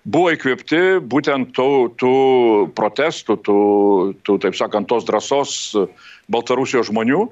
buvo įkvėpti būtent tų tų protestų tų taip sakant tos drąsos baltarusijos žmonių